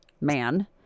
man